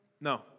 No